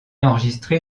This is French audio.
enregistré